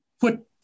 put